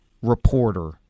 reporter